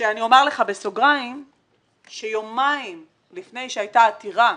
שאומר לך בסוגריים שיומיים לפני שהייתה העתירה